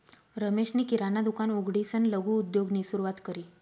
रमेशनी किराणा दुकान उघडीसन लघु उद्योगनी सुरुवात करी